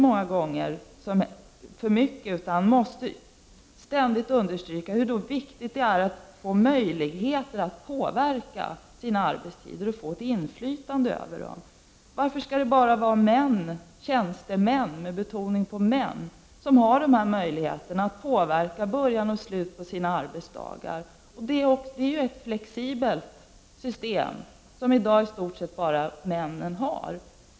Man måste ständigt understryka hur viktigt det är att vi får möjligheter att utöva inflytande över våra arbetstider. Varför skall det alltid vara män, tjänstemän, med betoning på män, som kan påverka början och slutet av arbetsdagen? Det finns ett flexibelt system som i dag i stort sett bara män kan komma i åtnjutande av.